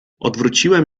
odwróciłem